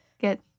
get